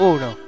Uno